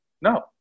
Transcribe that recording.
No